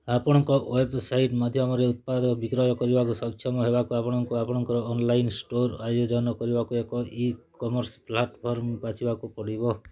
ଆପଣଙ୍କ ୱେବ୍ସାଇଟ୍ ମାଧ୍ୟମରେ ଉତ୍ପାଦ ବିକ୍ରୟ କରିବାକୁ ସକ୍ଷମ ହେବାକୁ ଆପଣଙ୍କୁ ଆପଣଙ୍କ ଅନ୍ଲାଇନ୍ ଷ୍ଟୋର୍ ଆୟୋଜନ କରିବାକୁ ଏକ ଇକମର୍ସ ପ୍ଲାଟଫର୍ମ ବାଛିବାକୁ ପଡ଼ିବ